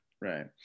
Right